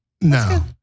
No